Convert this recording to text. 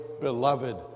beloved